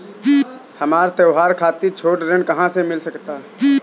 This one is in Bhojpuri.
हमरा त्योहार खातिर छोट ऋण कहाँ से मिल सकता?